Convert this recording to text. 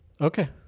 Okay